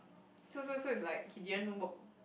so so so is like he didn't work